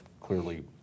clearly